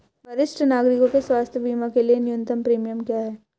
वरिष्ठ नागरिकों के स्वास्थ्य बीमा के लिए न्यूनतम प्रीमियम क्या है?